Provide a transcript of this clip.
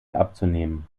abzunehmen